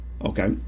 okay